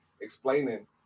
explaining